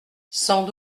sans